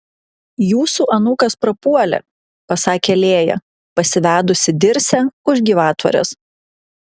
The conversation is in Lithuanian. jūsų anūkas prapuolė pasakė lėja pasivedusi dirsę už gyvatvorės